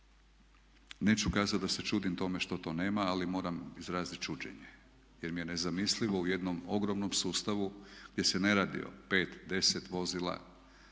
Neću kazat da se čudim tome što to nema, ali moram izrazit čuđenje, jer mi je nezamislivo u jednom ogromnom sustavu gdje se ne radi o pet, deset vozila,